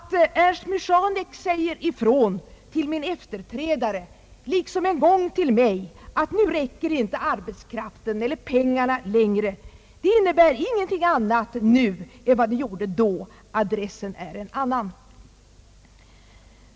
Att Ernst Michanek säger ifrån till min efterträdare, liksom en gång till mig, att nu räcker inte arbetskraften eller pengarna till längre, innebär ingenting annat nu än vad det gjorde då. Adressen är en annan.